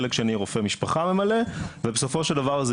חלק שני רופא משפחה ממלא ובסופו של דבר זה